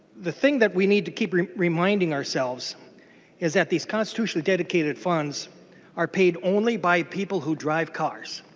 the thing that we need to keep reminding ourselves is that these constitutionally dedicated funds are paid only by people who drive cars.